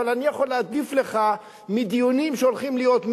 אבל אני יכול להדליף לך מדיונים שהולכים להיות,